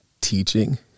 teaching